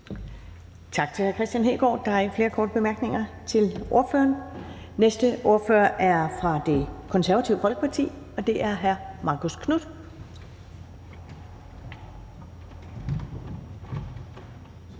Tak til hr. Kristian Hegaard. Der er ikke flere korte bemærkninger til ordføreren. Den næste ordfører er fra Det Konservative Folkeparti, og det er hr. Marcus Knuth.